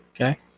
Okay